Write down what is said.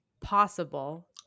possible